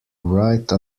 write